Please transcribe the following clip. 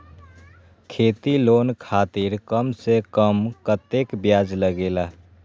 खेती लोन खातीर कम से कम कतेक ब्याज लगेला?